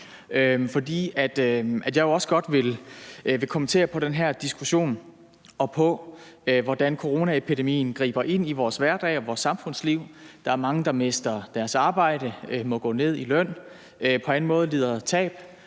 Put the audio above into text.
jeg vil jo også godt kommentere den her diskussion, og hvordan coronaepidemien griber ind i vores hverdag og vores samfundsliv. Der er mange, der mister deres arbejde, må gå ned i løn eller på anden måde lider tab.